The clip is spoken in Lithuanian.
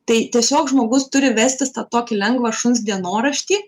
tai tiesiog žmogus turi vestis tą tokį lengvą šuns dienoraštį